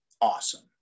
awesome